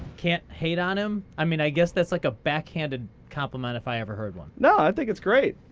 can't hate on him? i mean, i guess that's like a backhanded compliment if i ever heard one. no, i think it's great.